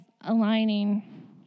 aligning